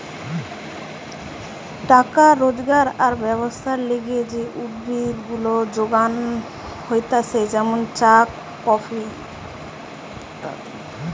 টাকা রোজগার আর ব্যবসার লিগে যে উদ্ভিদ গুলা যোগান হতিছে যেমন কফি, চা ইত্যাদি